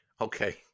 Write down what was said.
Okay